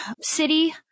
city